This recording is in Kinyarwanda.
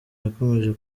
yakomeje